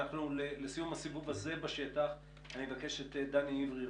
לסיום הסיבוב הזה בשטח אני מבקש את דני עברי,